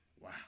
wow